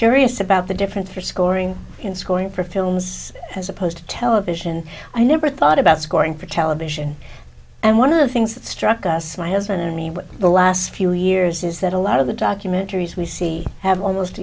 curious about the difference for scoring in scoring for films as opposed to television i never thought about scoring for television and one of the things that struck us my husband and me with the last few years is that a lot of the documentaries we see have almost